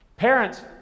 Parents